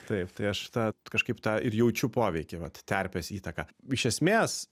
taip tai aš tą kažkaip tą ir jaučiu poveikį vat terpės įtaką iš esmės